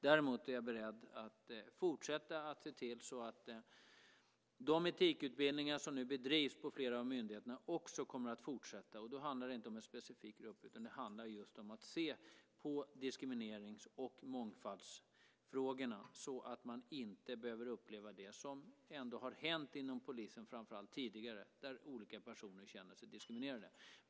Jag är däremot beredd att fortsätta att se till att de etikutbildningar som nu bedrivs på flera av myndigheterna också fortsätter. Det handlar då inte om en specifik grupp utan om att se på diskriminerings och mångfaldsfrågorna så att man inte igen behöver uppleva det som har hänt inom polisen, framför allt tidigare, då personer har känt sig diskriminerade.